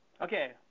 Okay